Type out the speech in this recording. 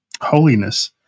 holiness